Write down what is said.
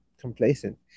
complacent